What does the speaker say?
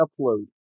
upload